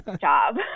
job